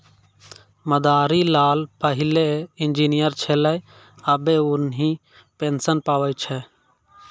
मदारी लाल पहिलै इंजीनियर छेलै आबे उन्हीं पेंशन पावै छै